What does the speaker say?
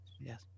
yes